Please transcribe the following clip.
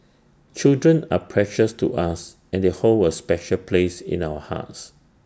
children are precious to us and they hold A special place in our hearts